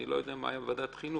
אני לא יודע מה היה בוועדת החינוך,